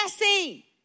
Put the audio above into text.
messy